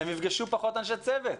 הם יפגשו פחות אנשי צוות.